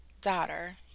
daughter